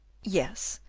yes,